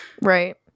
Right